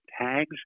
tags